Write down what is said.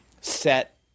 set